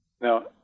Now